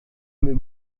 lebih